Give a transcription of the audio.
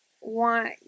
want